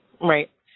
right